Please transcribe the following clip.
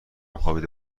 خوابیده